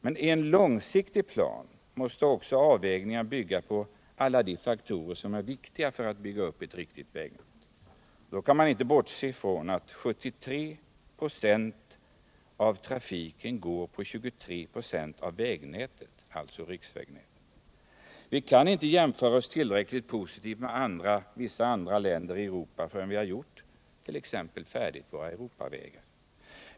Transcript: I en långsiktig plan måste avvägningen bygga på alla de faktorer som är viktiga för att bygga upp ett riktigt vägnät. Då kan man inte bortse från att 73 96 av trafiken går på 23 26 av vägnätet, nämligen riksvägsnätet. Vi kan inte jämföras tillräckligt positivt med vissa andra länder i Europa förrän vi byggt färdigt våra Europavägar.